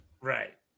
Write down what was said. Right